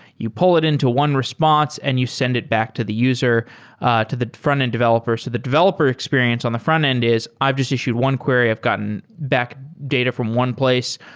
you pull it into one response and you send it back to the user ah to the frontend developer. so the developer experience on the frontend is i've just issued one query. i've gotten back data from one place.